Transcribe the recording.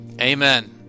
Amen